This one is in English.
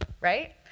right